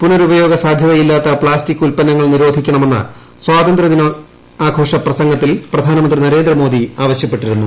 പുനരുപയോഗ സാധ്യതയില്ലാത്ത പ്ലാസ്റ്റിക്ക് ഉല്പന്നങ്ങൾ നിരോധിക്കണമെന്ന് സ്വാതന്ത്ര്യ ദിനാഘോഷ്യ പ്രസംഗത്തിൽ പ്രധാനമന്ത്രി നരേന്ദ്രമോദി ആവശൃപ്പെട്ടിരുന്നു